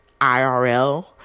irl